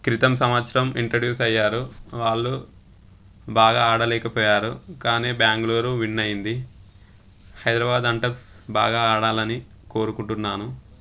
క్రితం సంవత్సరం ఇంట్రడ్యూస్ అయ్యారు వాళ్ళు బాగా ఆడలేకపోయారు నీ బెంగళూరు విన్ అయింది హైదరాబాద్ హంటర్స్ బాగా ఆడాలని కోరుకుంటున్నాను